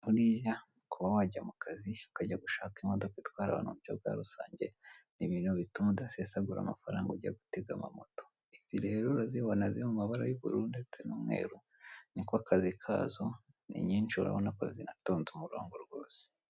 Buriya kuba wajya mu kazi ukajya gushaka imodoka itwara abantu mu buryo bwa rusange, ni ibintu bituma udasesagura amafaranga ujya gutega amamoto. Izi rero urazibona ziri mu mabara y'ubururu ndetse n'umweru, niko kazi kazo ni nyinshi rero urabona ko zinatonze umurongo rwose.